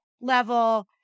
level